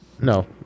No